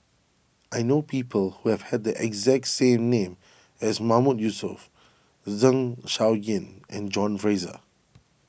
I know people who have had the exact same name as Mahmood Yusof Zeng Shouyin and John Fraser